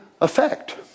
effect